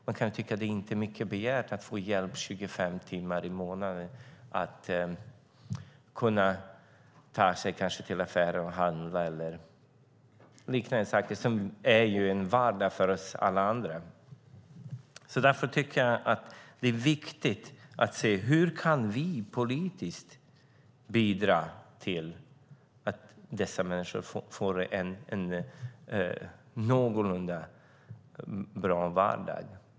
Man kan tycka att det inte är mycket begärt att få hjälp 25 timmar i månaden för att kunna ta sig till affären och handla och liknande saker som ju är en vardag för oss alla andra. Därför tycker jag att det är viktigt hur vi politiskt kan bidra till att dessa människor får en någorlunda bra vardag.